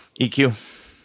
EQ